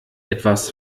etwas